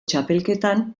txapelketan